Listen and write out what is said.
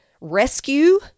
rescue